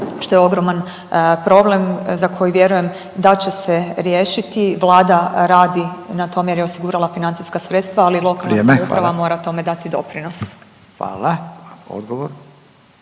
što je ogroman problem za koji vjerujem da će se riješiti, Vlada radi na tom jer je osigurala financijska sredstva, ali lokalna samouprava mora …/Upadica Radin: